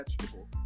vegetable